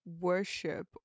worship